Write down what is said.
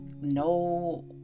no